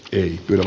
en kyllä